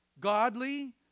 godly